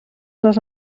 les